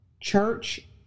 church